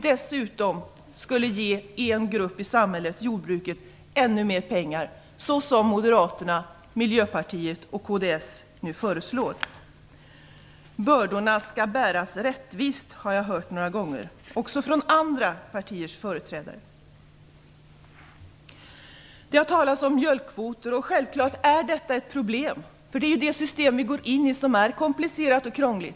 Jag skulle kanske inte ha svårt att göra det om jag vore moderat, för då har man ju den inställningen. Bördorna skall bäras rättvist, har jag hört sägas några gånger också från andra partiers företrädare. Det har talats om mjölkkvoter. Självfallet är de ett problem. Det system vi går in i är komplicerat och krångligt.